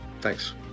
Thanks